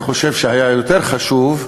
אני חושב שהיה יותר חשוב,